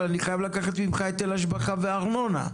אבל אני חייב לקחת ממך היטל השבחה וארנונה",